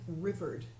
rivered